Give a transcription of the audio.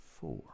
four